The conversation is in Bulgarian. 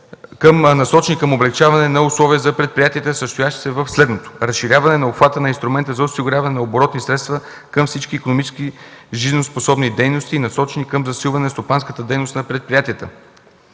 насочени към облекчаване на условията за предприятията, състоящи се в следното: - разширяване на обхвата на инструмента за осигуряване на оборотни средства към всички икономически жизнеспособни дейности, насочени към засилване на стопанската дейност на предприятията;